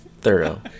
thorough